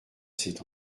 cet